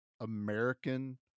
American